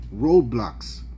roadblocks